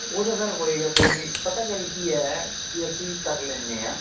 ਉਹ ਤਾਂ ਸਰ ਹੋਏਗਾ ਕੋਈ ਨੀ ਪਤਾ ਗੱਲ ਕੀ ਐ ਕੀ ਅਸੀਂ ਕਰ ਲੈਨੇ ਆਂ